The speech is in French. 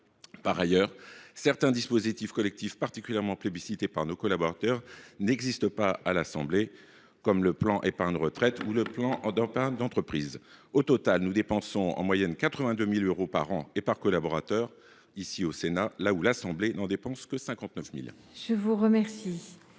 Par ailleurs, certains dispositifs collectifs particulièrement plébiscités par nos collaborateurs n’existent pas à l’Assemblée nationale, comme le plan d’épargne retraite ou le plan d’épargne d’entreprise. Au total, le Sénat dépense en moyenne 82 000 euros par an et par collaborateur, là où l’Assemblée nationale ne dépense que 59 000 euros. Je mets